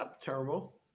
Terrible